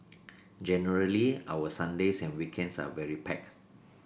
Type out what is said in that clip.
generally our Sundays and weekends are very packed